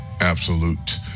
absolute